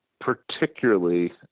particularly